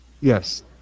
Yes